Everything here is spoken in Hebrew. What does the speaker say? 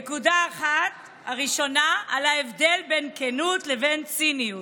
הנקודה הראשונה היא ההבדל בין כנות לבין ציניות.